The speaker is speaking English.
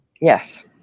Yes